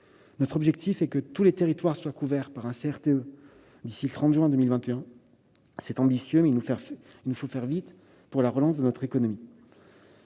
Notre objectif est que tous les territoires soient couverts par un CRTE d'ici au 30 juin 2021. C'est ambitieux, mais il nous faut faire vite afin de relancer notre économie.